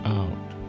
out